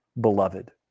beloved